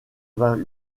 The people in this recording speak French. vingt